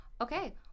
Okay